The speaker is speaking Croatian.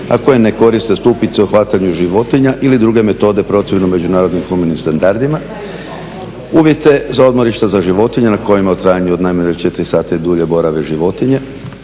a koje ne koriste stupice u hvatanju životinja ili druge metode protivno međunarodnim …/Govornik se ne razumije./… standardima. Uvjete za odmorišta za životinje, na kojima u trajanju od najmanje 24 sata i dulje borave životinje,